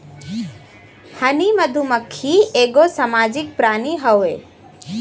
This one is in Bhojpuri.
हनी मधुमक्खी एगो सामाजिक प्राणी हउवे